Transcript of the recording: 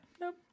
Nope